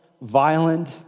violent